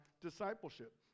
discipleship